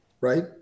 right